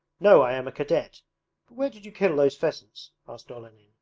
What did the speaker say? no, i am a cadet. but where did you kill those pheasants asked olenin.